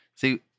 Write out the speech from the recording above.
See